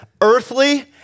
earthly